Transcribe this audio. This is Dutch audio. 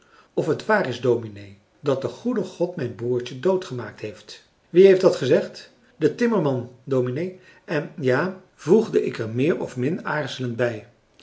of het waar is dominee dat de goede god mijn broertje doodgemaakt heeft wie heeft dat gezegd de françois haverschmidt familie en kennissen timmerman dominee en ja voegde ik er meer of min aarzelend bij